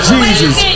Jesus